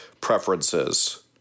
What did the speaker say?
preferences